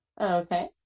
okay